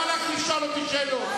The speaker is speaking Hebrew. חבר הכנסת אקוניס, פעם שלישית.